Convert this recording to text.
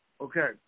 Okay